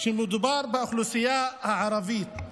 כשמדובר באוכלוסייה הערבית.